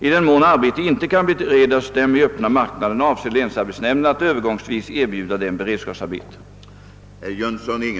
I den mån arbete inte kan beredas dem i öppna marknaden avser länsarbetsnämnden att övergångsvis erbjuda dem beredskapsarbete.